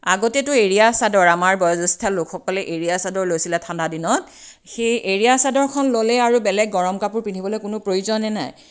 আগতেতো এৰীয়াচাদৰ আমাৰ বয়োজ্যেষ্ঠ লোকসকলে এৰীয়াচাদৰ লৈছিলে ঠাণ্ডা দিনত সেই এৰীয়াচাদৰখন ল'লে আৰু বেলেগ গৰম কাপোৰ পিন্ধিবলৈ কোনো প্ৰয়োজনেই নাই